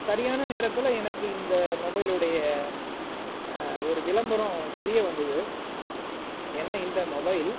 சரியான நேரத்தில் எனக்கு இந்த மொபைலுடைய ஒரு விளம்பரம் தெரிய வந்தது ஏன்னால் இந்த மொபைல்